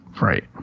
Right